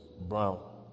brown